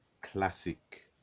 classic